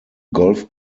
golf